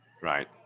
Right